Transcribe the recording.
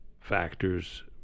factors